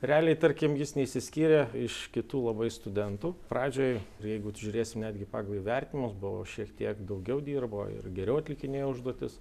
realiai tarkim jis neišsiskyrė iš kitų labai studentų pradžioj ir jeigu žiūrėsime netgi pagal įvertinimus buvo šiek tiek daugiau dirbo ir geriau atlikinėjo užduotis